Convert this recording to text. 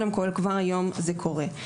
אם כן, קודם כל, כבר היום זה קורה.